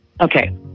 Okay